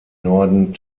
norden